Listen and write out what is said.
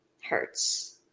hurts